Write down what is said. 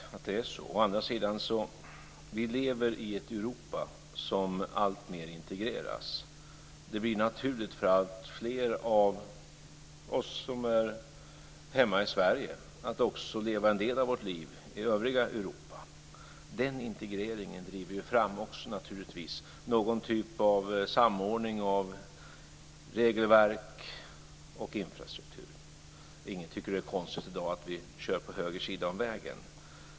Fru talman! Det är möjligt att det är så. Å andra sidan lever vi i ett Europa som alltmer integreras. Det blir naturligt för alltfler av oss som är hemma i Sverige att också leva en del av våra liv i övriga Europa. Den integreringen driver ju naturligtvis också fram någon typ av samordning av regelverk och infrastruktur. Ingen tycker i dag att det konstigt att vi kör på höger sida avm vägen.